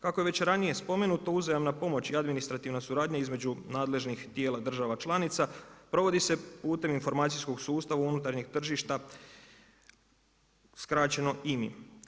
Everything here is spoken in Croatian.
Kako je već ranije spomenuto uzajamna pomoć i administrativna suradnja između nadležnih tijela država članica provodi se putem informacijskog sustava unutarnjeg tržišta skraćeno IMI.